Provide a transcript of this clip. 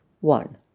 one